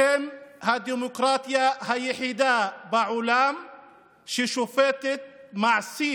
אתם הדמוקרטיה היחידה בעולם ששופטת מעשים